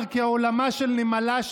הצר כעולמה של נמלה,